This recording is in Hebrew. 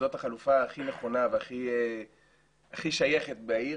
זאת החלופה הכי נכונה והכי שייכת בעיר,